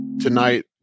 tonight